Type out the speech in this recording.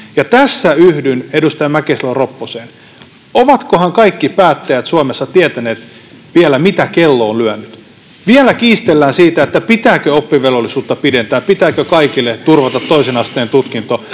Tässä yhdyn edustaja Mäkisalo-Ropposeen. Tietävätköhän kaikki päättäjät Suomessa vielä, mitä kello on lyönyt? Vielä kiistellään siitä, pitääkö oppivelvollisuutta pidentää, pitääkö kaikille turvata toisen asteen tutkinto,